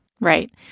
Right